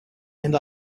and